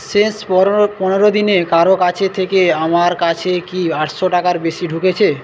শেষ পনেরো দিনে কারো কাছে থেকে আমার কাছে কি আটশো টাকার বেশি ঢুকেছে